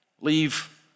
Leave